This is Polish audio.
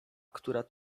która